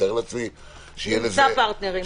נמצא פרטנרים.